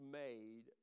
made